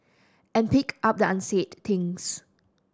and pick up the unsaid things